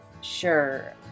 Sure